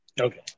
Okay